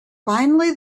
finally